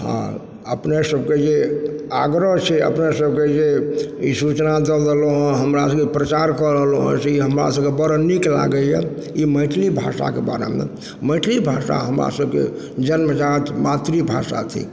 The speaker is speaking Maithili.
अपने सबकेँ जे आग्रह छै जे अपने सभके जे ई सूचना दऽ देलहुँ हँ हमरा सबके ई प्रचार कऽ रहलहुँ हँ से हमरा सभके ई बेस नीक लागैए ई मैथिली भाषाके बारेमे मैथिली भाषा हमरा सभके जन्मजात मातृभाषा थिक